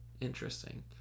Interesting